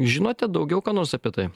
žinote daugiau ką nors apie tai